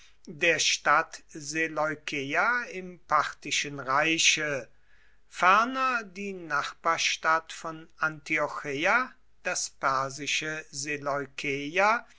der stadt seleukeia im parthischen reiche ferner die nachbarstadt von antiocheia das persische seleukeia